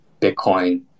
Bitcoin